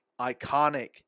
iconic